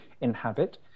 inhabit